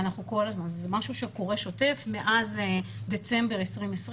זה משהו שקורה באופן שוטף מאז דצמבר 2020,